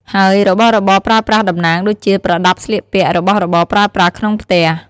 ហើយរបស់របរប្រើប្រាស់តំណាង ដូចជា ប្រដាប់ស្លៀកពាក់ របស់របរប្រើប្រាស់ក្នុងផ្ទះ។